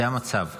זה המצב.